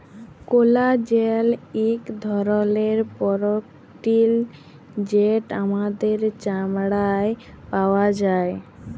collagen ইক ধরলের protein যেট আমাদের চামড়ায় পাউয়া যায়